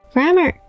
Grammar